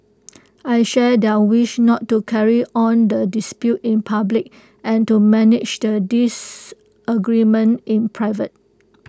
I share their wish not to carry on the dispute in public and to manage the disagreement in private